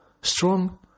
Strong